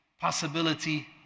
possibility